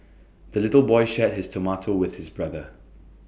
the little boy shared his tomato with his brother